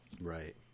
Right